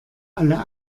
alle